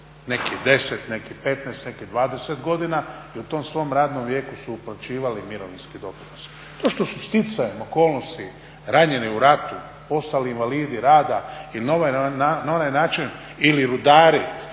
Neki 10, neki 15, neki 20 godina i u tom svom radnom vijeku su uplaćivali mirovinski doprinos. To što su stjecajem okolnosti ranjeni u ratu postali invalidi rada na ovaj ili onaj način ili rudari